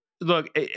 look